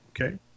okay